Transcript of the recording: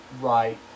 right